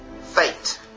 Fate